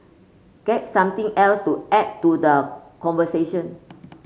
get something else to add to the conversation